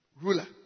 ruler